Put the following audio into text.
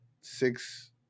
six